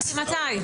שאלתי מתי.